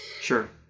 Sure